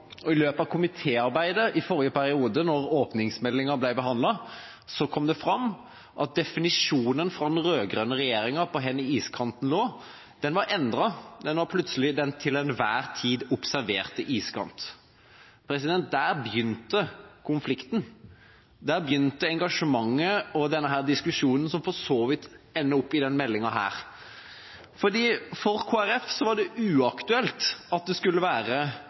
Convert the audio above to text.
og i løpet av komitéarbeidet i forrige periode, da åpningsmeldinga ble behandlet, kom det fram at definisjonen for den rød-grønne regjeringa av hvor iskanten lå, var endret, den var plutselig «den til enhver tid observerte iskant». Der begynte konflikten, der begynte engasjementet og denne diskusjonen, som for så vidt ender opp i denne meldinga. For Kristelig Folkeparti var det uaktuelt at det skulle være